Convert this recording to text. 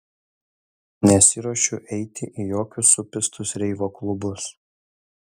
nesiruošiu eiti į jokius supistus reivo klubus